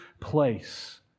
place